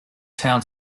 town